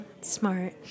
smart